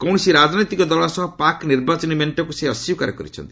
କୌଣସି ରାଜନୈତିକ ଦଳ ସହ ପାକ୍ ନିର୍ବାଚନୀ ମେଣ୍ଟକୁ ସେ ଅସ୍ୱୀକାର କରିଛନ୍ତି